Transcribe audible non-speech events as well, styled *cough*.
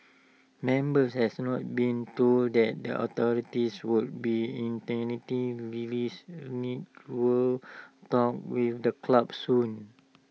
members has not been told that the authorities would be *unintelligible* lilies *unintelligible* talks with the club soon